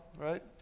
right